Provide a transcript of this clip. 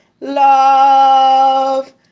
Love